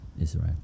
Israel